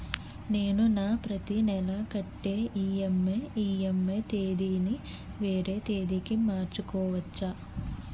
నేను నా ప్రతి నెల కట్టే ఈ.ఎం.ఐ ఈ.ఎం.ఐ తేదీ ని వేరే తేదీ కి మార్చుకోవచ్చా?